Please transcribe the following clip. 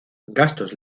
gastos